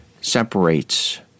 separates